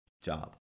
job